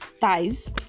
ties